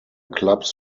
clubs